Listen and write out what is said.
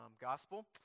gospel